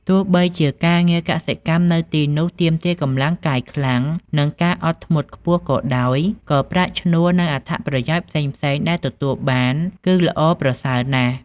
ទោះបីជាការងារកសិកម្មនៅទីនោះទាមទារកម្លាំងកាយខ្លាំង និងការអត់ធ្មត់ខ្ពស់ក៏ដោយ ក៏ប្រាក់ឈ្នួល និងអត្ថប្រយោជន៍ផ្សេងៗដែលទទួលបានគឺល្អប្រសើរណាស់ ។